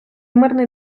мирний